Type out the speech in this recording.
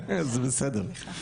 זה בסדר,